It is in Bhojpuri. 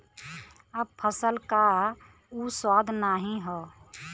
अब फसल क उ स्वाद नाही हौ